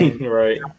right